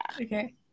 Okay